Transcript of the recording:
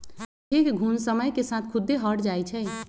कुछेक घुण समय के साथ खुद्दे हट जाई छई